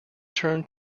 turned